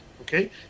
okay